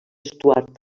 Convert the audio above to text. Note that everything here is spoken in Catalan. stuart